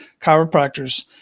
chiropractors